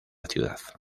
ciudad